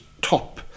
top